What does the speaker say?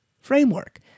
framework